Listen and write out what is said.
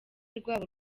rwabo